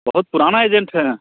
बहुत पुराने एजेंट हैं